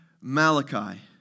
Malachi